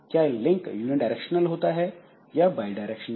क्या link unidirectional होता है या बाई डायरेक्शनल